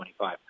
25